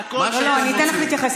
לא, אני אתן לך להתייחס.